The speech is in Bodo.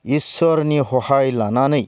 इस्वोरनि सहाय लानानै